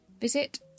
Visit